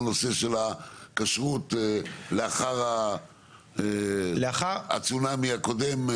על הנושא של הכשרות לאחר הצונאמי הקודם?